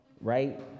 right